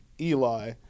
Eli